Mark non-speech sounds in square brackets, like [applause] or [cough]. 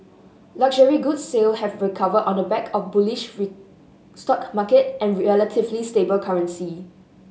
luxury good sale have recovered on the back of bullish [unintelligible] stock market and relatively stable currency